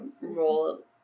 role